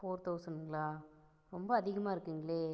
four தௌசண்ட்ங்களா ரொம்ப அதிகமாக இருக்குங்களே